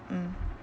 mm